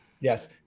Yes